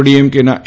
ડીએમકેના એ